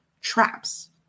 traps